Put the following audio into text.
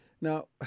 Now